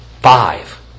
Five